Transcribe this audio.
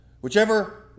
Whichever